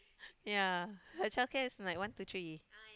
ya her childcare is like one to three